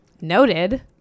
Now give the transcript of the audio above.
noted